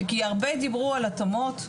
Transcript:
כי הרבה דיברו על התאמות,